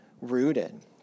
rooted